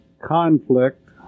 conflict